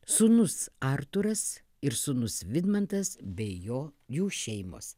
sūnus artūras ir sūnus vidmantas bei jo jų šeimos